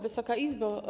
Wysoka Izbo!